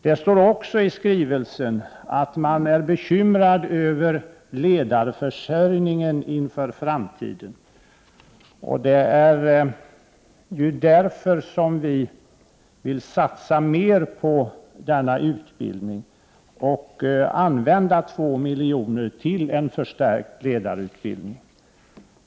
Det framgår av regeringens skrivelse att man är bekymrad över ledarförsörjningen inför framtiden. Därför vill vi satsa mera på ledarutbildning och använda 2 miljoner till en förstärkning av ledarutbildningen.